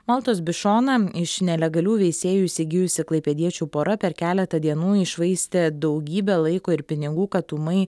maltos bišoną iš nelegalių veisėjų įsigijusi klaipėdiečių pora per keletą dienų iššvaistė daugybę laiko ir pinigų kad ūmai